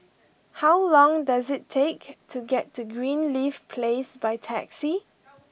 how long does it take to get to Greenleaf Place by taxi